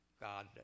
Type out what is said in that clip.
God